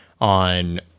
on